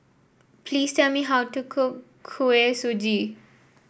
please tell me how to cook Kuih Suji